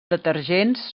detergents